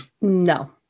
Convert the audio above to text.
No